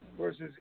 versus